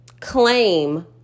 claim